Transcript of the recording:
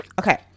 Okay